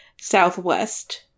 Southwest